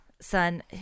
son